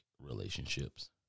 relationships